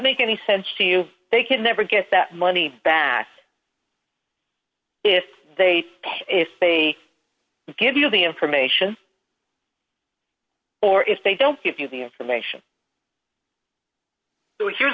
makes any sense to you they can never get that money back if they pay if they give you the information or if they don't give you the information so he